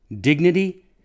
dignity